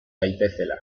daitezela